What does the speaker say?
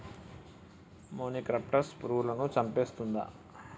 మొనిక్రప్టస్ పురుగులను చంపేస్తుందా?